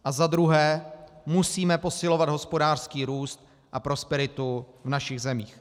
A za druhé, musíme posilovat hospodářský růst a prosperitu v našich zemích.